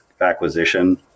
acquisition